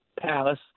palace